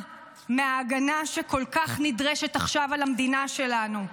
מההגנה שכל כך נדרשת עכשיו על המדינה שלנו.